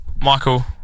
Michael